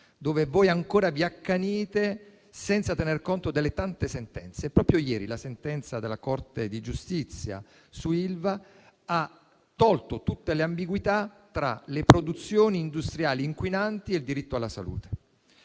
in cui ancora vi accanite senza tener conto delle tante sentenze. Proprio ieri la sentenza della Corte di giustizia su Ilva ha tolto tutte le ambiguità tra le produzioni industriali inquinanti e il diritto alla salute.